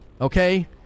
Okay